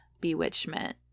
bewitchment